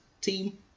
team